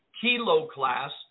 Kilo-class